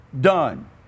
done